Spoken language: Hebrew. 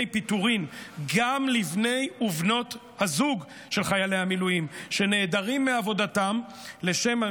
פיטורין גם לבני ובנות הזוג של חיילי המילואים שנעדרים מעבודתם לשם,